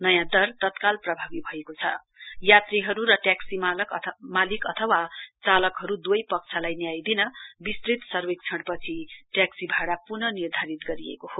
नयाँ दर तत्काल प्रभावी भएको छ यात्रीहरू र ट्याक्सी मालिक अथवा चालकहरू दुवै पक्षलाई न्याय दिन विस्तृत सर्वेक्षणपछि ट्याक्सी भाड़ा निर्धारित गरिएको हो